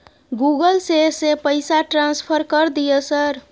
Google से से पैसा ट्रांसफर कर दिय सर?